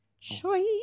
Choice